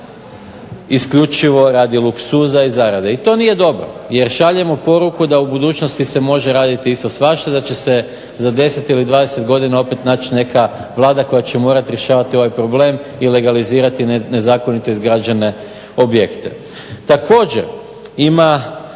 isključivo radi luksuza i zarade. I to nije dobro jer šaljemo poruku da u budućnosti se može raditi isto svašta, da će se za 10 ili 20 godina opet naći neka Vlada koja će morati rješavati ovaj problem i legalizirati nezakonito izgrađene objekte. Također, ima